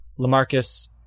Lamarcus